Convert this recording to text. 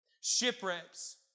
shipwrecks